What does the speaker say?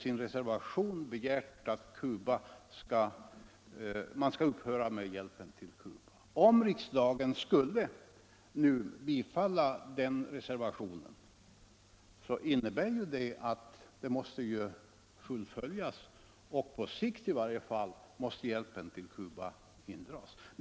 I reservationen begärs att Sverige skall upphöra med hjälpen till Cuba. Om riksdagen nu skulle bifalla den reservationen, så innebär ju det att beslutet måste fullföljas, dvs. att hjälpen till Cuba i varje fall på sikt måste dras in.